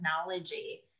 technology